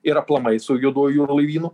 ir aplamai su juoduoju laivynu